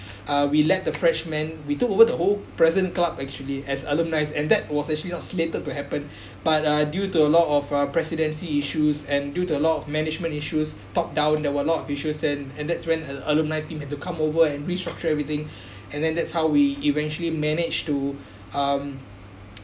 uh we let the freshman we took over the whole present club actually as alumni and that was actually not slated to happen but uh due to a lot of uh presidency issues and due to a lot of management issues top down there were a lot of issues then and that's when al~ alumni team had to come over and restructure everything and then that's how we eventually managed to um